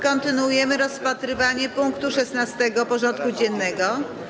Kontynuujemy rozpatrywanie punktu 16. porządku dziennego: